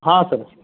ಹಾಂ ಸರ